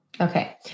Okay